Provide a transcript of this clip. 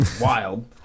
Wild